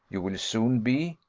you will soon be,